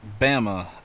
Bama